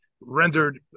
rendered